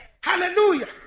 Hallelujah